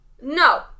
No